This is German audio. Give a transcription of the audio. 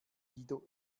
guido